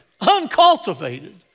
uncultivated